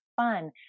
fun